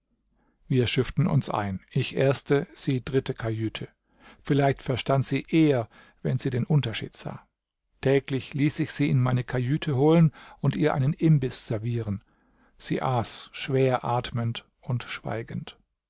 wir schifften uns ein ich erste sie dritte kajüte vielleicht verstand sie eher wenn sie den unterschied sah täglich ließ ich sie in meine kajüte holen und ihr einen imbiß servieren sie aß schwer atmend und schweigend